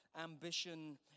ambition